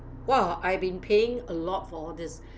!wow! I've been paying a lot for this